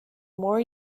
more